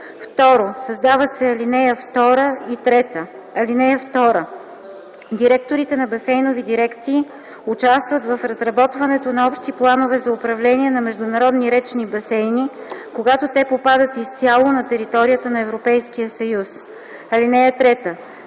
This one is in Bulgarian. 1”. 2. Създават се ал. 2 и 3: „(2) Директорите на басейнови дирекции участват в разработването на общи планове за управление на международни речни басейни, когато те попадат изцяло на територията на Европейския съюз. (3)